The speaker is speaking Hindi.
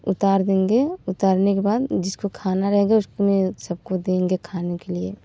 उतार देंगे उतारने के बाद जिसको खाना रहेगा उसमें सबको देंगे खाने के लिए